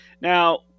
now